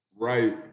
Right